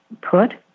put